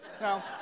Now